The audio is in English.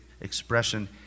expression